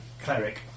cleric